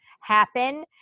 happen